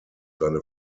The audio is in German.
seine